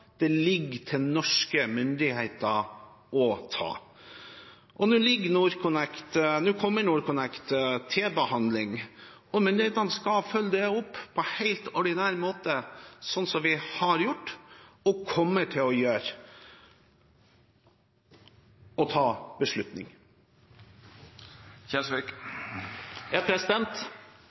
ligger til norske myndigheter å ta. Nå kommer NorthConnect til behandling, og myndighetene skal følge det opp på helt ordinær måte, slik vi har gjort og kommer til å gjøre, og ta en beslutning.